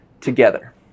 Together